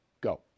Go